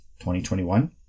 2021